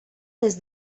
des